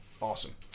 Awesome